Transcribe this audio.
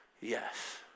Yes